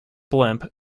blimp